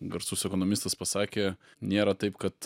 garsus ekonomistas pasakė nėra taip kad